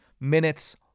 minutes